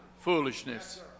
foolishness